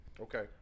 Okay